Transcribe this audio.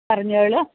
പറഞ്ഞോളൂ